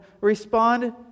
respond